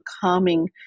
Calming